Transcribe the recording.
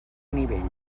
nivell